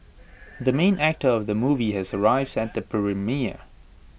the main actor of the movie has arrived at the premiere